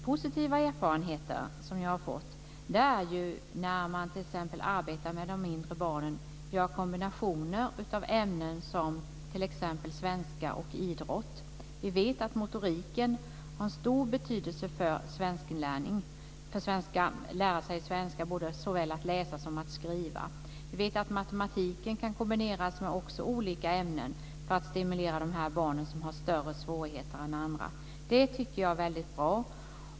Positiva erfarenheter har vi fått t.ex. av att man i arbetet med de mindre barnen kombinerar ämnen som t.ex. svenska och idrott. Vi vet att motoriken har stor betydelse när elever ska lära sig såväl att läsa som att skriva svenska. Vi vet att matematiken också kan kombineras med olika ämnen för att stimulera de barn som har större svårigheter än andra. Det tycker jag är väldigt bra.